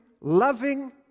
loving